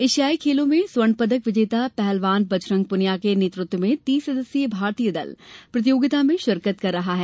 एशियाई खेलों के स्वर्णपदक विजेता पहलवान बजरंग पुनिया के नेतृत्व में तीस सदस्यीय भारतीय दल प्रतियोगिता में शिरकत कर रहा है